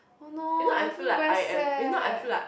oh no I fell very sad